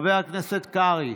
חבר הכנסת קרעי,